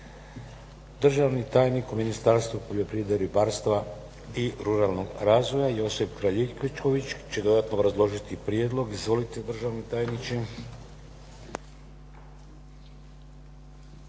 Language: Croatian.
Držani tajnik u Ministarstvu poljoprivrede, ribarstva i ruralnog razvoja Josip Kraljičković će dodatno obrazložiti prijedlog. Izvolite državni tajniče.